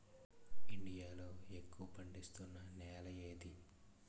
India లో ఎక్కువ పండిస్తున్నా నేల ఏది?